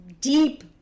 deep